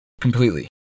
completely